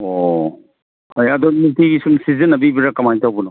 ꯑꯣ ꯍꯣꯏ ꯑꯗꯨ ꯅꯨꯡꯇꯤꯒꯤ ꯁꯨꯝ ꯁꯤꯖꯤꯟꯅꯕꯤꯕ꯭ꯔ ꯀꯃꯥꯏꯅ ꯇꯧꯕꯅꯣ